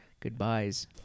goodbyes